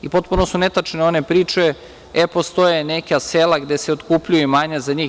I potpuno su netačne one priče, e postoje neka sela gde se otkupljuju imanja za njih.